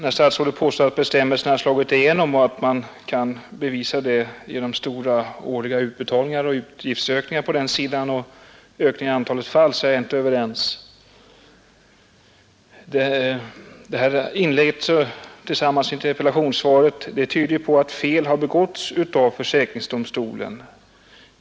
När statsrådet påstår att bestämmelserna har slagit igenom och att man kan bevisa det genom stora årliga utbetalningar, utgiftsstegringar på den sidan och ökningar av antalet fall är jag däremot inte överens med honom. Hans andra inlägg tillsammans med interpellationssvaret tyder på att fel har begåtts av försäkringsdomstolen.